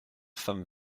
femmes